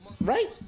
Right